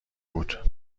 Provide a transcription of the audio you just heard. بود